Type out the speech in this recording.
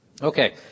Okay